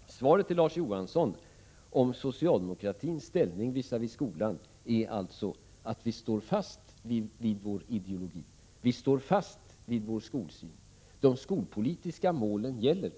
Mitt svar till Larz Johansson om socialdemokratins ställning visavi skolan är alltså att vi står fast vid vår ideologi. Vi står fast vid vår skolsyn. De skolpolitiska målen gäller.